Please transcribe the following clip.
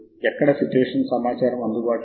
నేను ఇప్పుడు ఇక్కడ ఎండ్ నోట్ పోర్టల్ తెరుస్తున్నాను